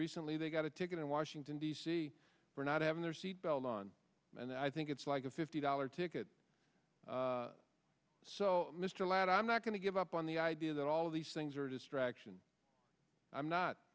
recently they got a ticket in washington d c for not having their seatbelt on and i think it's like a fifty dollar ticket so mr ladd i'm not going to give up on the idea that all of these things are a distraction i'm not